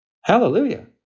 Hallelujah